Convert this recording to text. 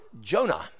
Jonah